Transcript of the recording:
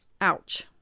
Ouch